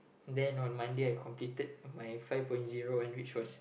then on Monday I completed my five point zero one reach first